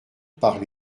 par